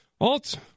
Alt